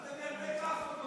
איזו אחדות אתה רואה